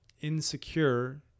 insecure